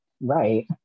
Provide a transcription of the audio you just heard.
right